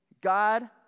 God